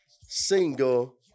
single